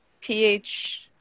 pH